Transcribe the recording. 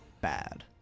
Bad